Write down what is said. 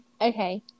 Okay